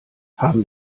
haben